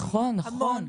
נכון, נכון.